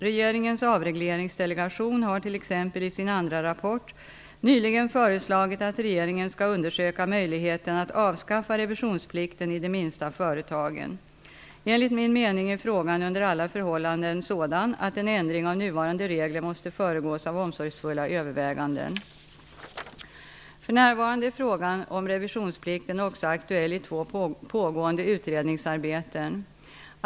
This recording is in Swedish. Regeringens avregleringsdelegation har t.ex. i sin andra rapport nyligen föreslagit att regeringen skall undersöka möjligheten att avskaffa revisionsplikten i de minsta företagen. Enligt min mening är frågan under alla förhållanden sådan att en ändring av nuvarande regler måste föregås av omsorgsfulla överväganden. För närvarande är frågan om revisionsplikten också aktuell i två pågående utredningsarbeten.